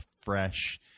fresh